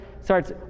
starts